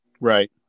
Right